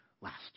last